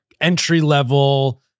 entry-level